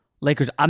Lakers